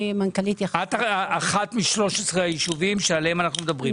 את באחד מ-13 היישובים שעליהם אנחנו מדברים,